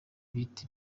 bita